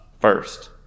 first